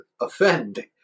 offend